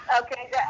okay